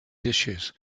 dishes